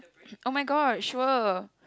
oh-my-god sure